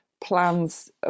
plans